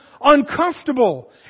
uncomfortable